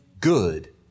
good